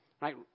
right